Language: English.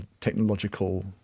technological